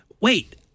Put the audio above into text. wait